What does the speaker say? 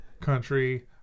country